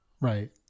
Right